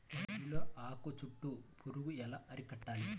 వరిలో ఆకు చుట్టూ పురుగు ఎలా అరికట్టాలి?